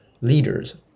leaders